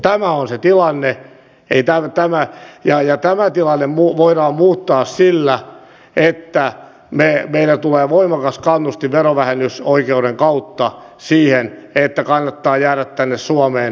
tämä on se tilanne ja tämä tilanne voidaan muuttaa sillä että meille tulee voimakas kannustin verovähennysoikeuden kautta siihen että kannattaa jäädä tänne suomeen näitten opintojen jälkeen